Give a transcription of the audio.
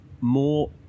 more